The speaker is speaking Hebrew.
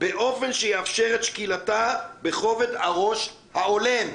"באופן שיאפשר את שקילתה בכובד הראש ההולם."